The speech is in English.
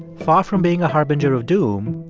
far from being a harbinger of doom,